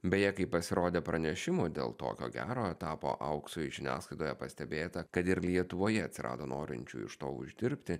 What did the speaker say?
beje kai pasirodė pranešimų dėl tokio gero etapo auksui žiniasklaidoje pastebėta kad ir lietuvoje atsirado norinčių iš to uždirbti